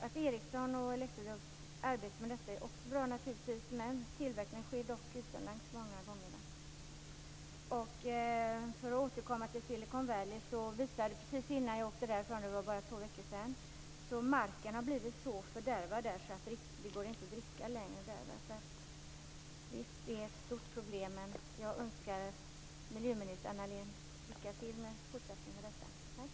Att Ericsson och Electrolux arbetar med frågan är självfallet bra men tillverkningen sker många gånger utomlands. Precis innan jag för två veckor sedan åkte från Silicon Valley visade det sig att marken där är så fördärvad att vattnet inte längre kan drickas. Det här är ett stort problem. Jag önskar miljöminister Anna Lindh lycka till i fortsättningen med detta arbete. Tack!